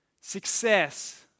success